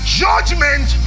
judgment